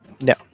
No